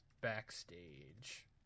backstage